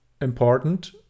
important